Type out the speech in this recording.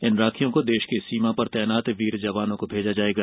इन राखियों को देष की सीमा पर तैनात वीर जवानों को भेजा जाएगा